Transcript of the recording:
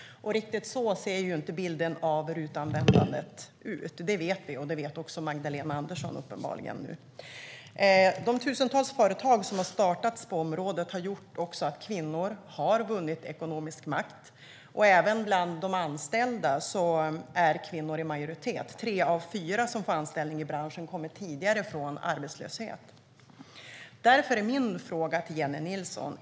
Riktigt så ser inte bilden av RUT-användandet ut. Det vet vi. Det vet uppenbarligen också Magdalena Andersson nu. De tusentals företag som har startats på området har gjort att kvinnor har vunnit ekonomisk makt. Även bland de anställda är kvinnor i majoritet. Tre av fyra som får anställning i branschen kommer från arbetslöshet. Jag har en fråga till Jennie Nilsson.